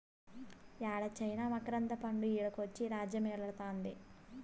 యేడ చైనా మకరంద పండు ఈడకొచ్చి రాజ్యమేలుతాంది